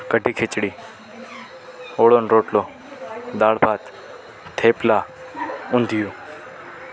કઢી ખીચડી ઓળોન રોટલો દાળ ભાત થેપલા ઊંધિયું